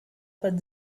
but